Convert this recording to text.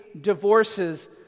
divorces